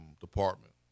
department